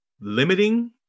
limiting